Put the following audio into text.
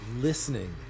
Listening